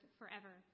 forever